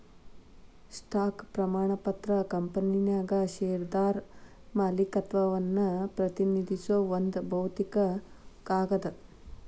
stock ಪ್ರಮಾಣ ಪತ್ರ ಕಂಪನ್ಯಾಗ ಷೇರ್ದಾರ ಮಾಲೇಕತ್ವವನ್ನ ಪ್ರತಿನಿಧಿಸೋ ಒಂದ್ ಭೌತಿಕ ಕಾಗದ